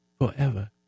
forever